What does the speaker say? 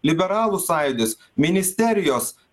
liberalų sąjūdis ministerijos